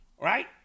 right